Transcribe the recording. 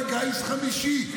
לשים קבוצה, איזה גזע אתה?